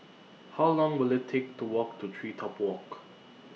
How Long Will IT Take to Walk to TreeTop Walk